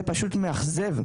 זה פשוט מאכזב,